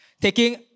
taking